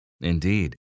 Indeed